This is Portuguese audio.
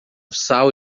sal